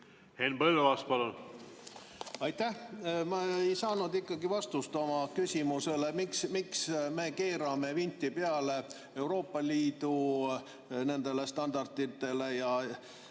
Henn Põlluaas, palun! Aitäh! Ma ei saanud ikkagi vastust oma küsimusele, miks me keerame vinti peale Euroopa Liidu standarditele ja